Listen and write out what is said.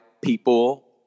people